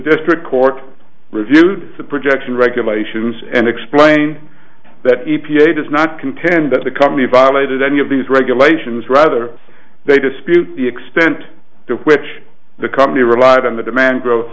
district court reviewed the projection regulations and explained that e p a does not contend that the company violated any of these regulations rather they dispute the extent to which the company relied on the demand growth